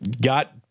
Got